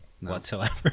whatsoever